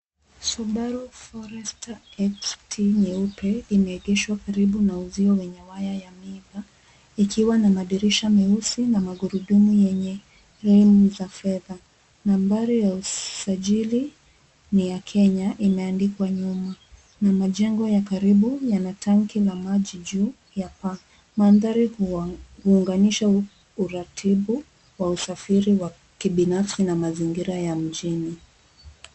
Subaru Forester XT nyeupe imeegeshwa karibu na uzio yenye waya ya miba ikiwa na madirisha meusi na magurudumu yenye fremu za fedha. Nambari ya usajili ni ya Kenya imeandika nyuma, na majengo ya karibu yana tanki na maji juu ya paa. Mandhari huunganisha uratibu wa usafiri binafsi na mazingira ya mjini.